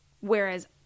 Whereas